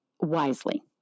wisely